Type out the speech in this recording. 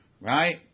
right